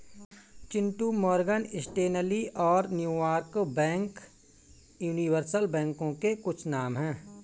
Chintu Morgan Stanley और New York bank universal बैंकों के कुछ नाम है